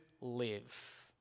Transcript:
live